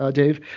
ah dave,